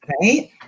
right